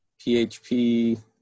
php